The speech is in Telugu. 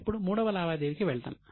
ఇప్పుడు మూడవ లావాదేవీకి వెళ్దాం